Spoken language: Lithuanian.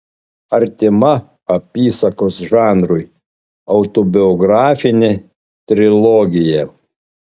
artima apysakos žanrui autobiografinė trilogija